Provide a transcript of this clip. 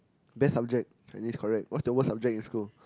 best subject Chinese correct what's the worst subject in school